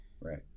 Right